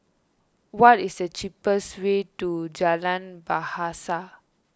what is the cheapest way to Jalan Bahasa